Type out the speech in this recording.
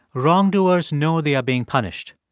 wrongdoers know they are being punished.